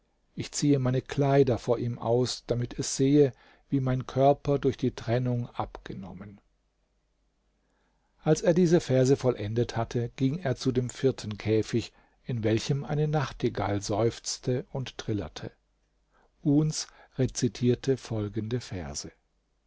ich ziehe meine kleider vor ihm aus damit es sehe wie mein körper durch die trennung abgenommen als er diese verse vollendet hatte ging er zu dem vierten käfig in welchem eine nachtigall seufzte und trillerte uns rezitierte folgende verse